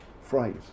phrase